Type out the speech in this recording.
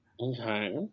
Okay